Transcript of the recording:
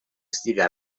estiga